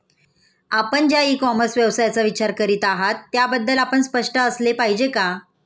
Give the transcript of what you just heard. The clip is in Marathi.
आपण ज्या इ कॉमर्स व्यवसायाचा विचार करीत आहात त्याबद्दल आपण स्पष्ट असले पाहिजे का?